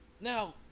Now